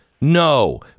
No